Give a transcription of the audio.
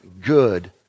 good